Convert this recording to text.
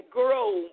grow